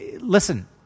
listen